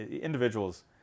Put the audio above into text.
individuals